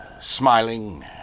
smiling